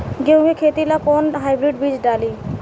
गेहूं के खेती ला कोवन हाइब्रिड बीज डाली?